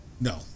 no